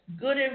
good